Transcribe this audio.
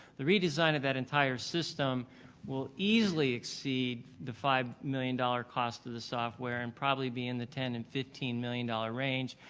the redesign of that entire system will easily exceed the five million dollar cost of the software and probably be in the ten and fifteen million dollar range.